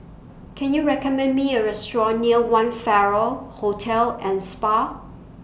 Can YOU recommend Me A Restaurant near one Farrer Hotel and Spa